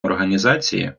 організації